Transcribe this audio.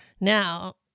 Now